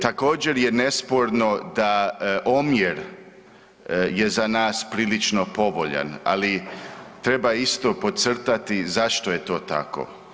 Također je nesporno da omjer je za nas prilično povoljan, ali treba isto podcrtati zašto je to tako.